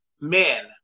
men